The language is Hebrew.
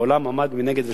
והעולם עמד מנגד ושתק.